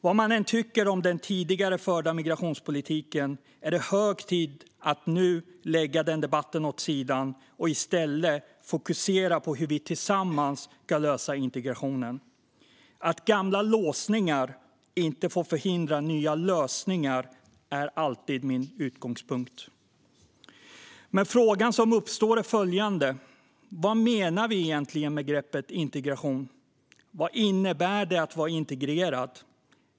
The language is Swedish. Vad man än tycker om den tidigare förda migrationspolitiken är det hög tid att nu lägga den debatten åt sidan och i stället fokusera på hur vi tillsammans ska lösa integrationen. Att gamla låsningar inte får förhindra nya lösningar är alltid min utgångspunkt. Men frågorna som uppstår är följande: Vad menar vi egentligen med begreppet integration? Vad innebär det att vara integrerad?